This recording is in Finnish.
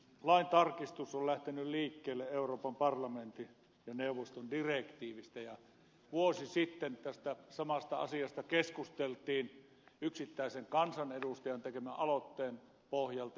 lain tarkistus on lähtenyt liikkeelle euroopan parlamentin ja neuvoston direktiivistä ja vuosi sitten tästä samasta asiasta keskusteltiin yksittäisen kansanedustajan tekemän aloitteen pohjalta